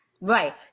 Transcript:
right